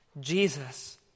Jesus